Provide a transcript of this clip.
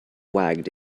wagged